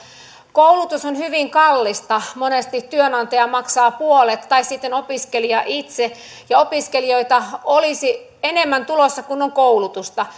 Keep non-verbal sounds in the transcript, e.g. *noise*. koulutus on hyvin kallista monesti työnantaja maksaa puolet tai sitten opiskelija itse ja opiskelijoita olisi enemmän tulossa kuin on koulutusta *unintelligible*